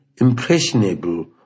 impressionable